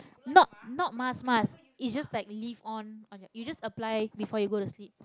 not not mask mask is just like leave on on you you just apply before you go to sleep